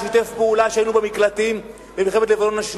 שיתף פעולה כשהיינו במקלטים במלחמת לבנון השנייה,